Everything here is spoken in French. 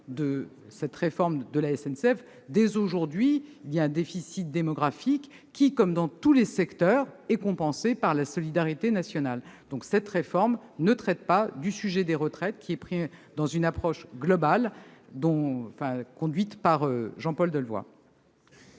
de la réforme de la SNCF. Dès aujourd'hui, il y a un déficit démographique, qui, comme dans tous les secteurs, est compensé par la solidarité nationale. Notre réforme ne traite pas des retraites, ce sujet relevant de la réflexion globale conduite par Jean-Paul Delevoye.